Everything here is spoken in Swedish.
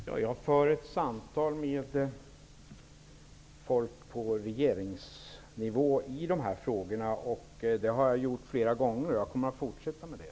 Herr talman! Jag för ett samtal med folk på regeringsnivå i de här frågorna. Det har jag gjort flera gånger, och jag kommer att fortsätta med det.